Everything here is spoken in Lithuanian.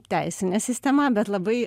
teisinė sistema bet labai